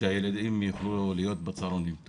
כדי שהילדים יוכלו להיות בצהרונים.